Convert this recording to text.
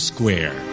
Square